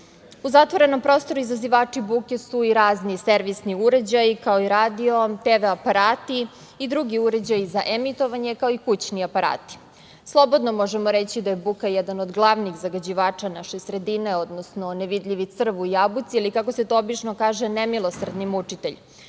zatvorenom prostoru izazivači buke su i razni servisni uređaji, kao i radio, TV aparati i drugi uređaji za emitovanje, kao i kućni aparati. Slobodno možemo reći da je buka jedan od glavnih zagađivača naše sredine, odnosno nevidljivi crv u jabuci ili kako se to obično kaže nemilosrdni mučitelj.